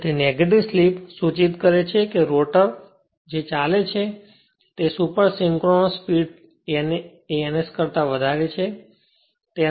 તેથી negative slip સૂચિત કરે છે કે રોટર જે ચાલે છે તેની સુપર સિંક્રોનસ સ્પીડ n એ ns કરતા વધારે છે